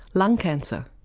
lung cancer.